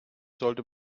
sollte